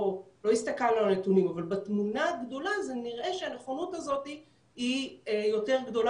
אבל בתמונה הגדולה זה נראה שהנכונות הזאת היא יותר גדולה